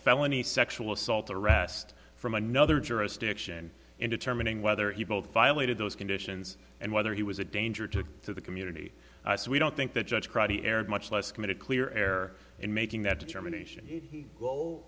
felony sexual assault arrest from another jurisdiction in determining whether he told violated those conditions and whether he was a danger to to the community so we don't think that judge crotty erred much less committed clear air in making that determination